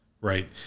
right